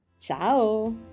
Ciao